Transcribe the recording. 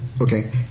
Okay